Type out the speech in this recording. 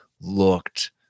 looked